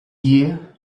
year